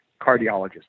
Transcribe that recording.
cardiologist